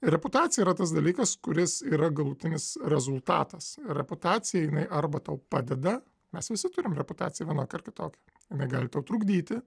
reputacija yra tas dalykas kuris yra galutinis rezultatas reputacija jinai arba tau padeda mes visi turim reputaciją vienokią ar kitokią jinai gali tau trukdyti